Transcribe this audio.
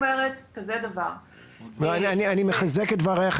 אני מחזק את דברייך,